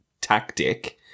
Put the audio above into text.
tactic